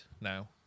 now